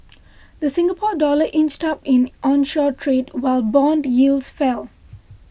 the Singapore Dollar inched up in onshore trade while bond yields fell